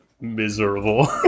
Miserable